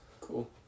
Cool